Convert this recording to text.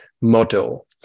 model